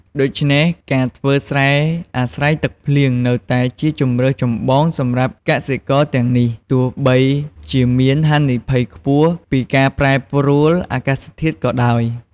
ដូច្នេះ ការធ្វើស្រែអាស្រ័យទឹកភ្លៀងនៅតែជាជម្រើសចម្បងសម្រាប់កសិករទាំងនេះ ទោះបីជាមានហានិភ័យខ្ពស់ពីការប្រែប្រួលអាកាសធាតុក៏ដោយ។